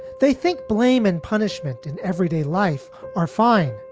they think blame and punishment in everyday life are fine.